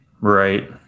right